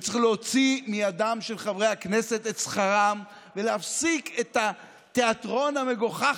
וצריך להוציא מידם של חברי הכנסת את שכרם ולהפסיק את התיאטרון המגוחך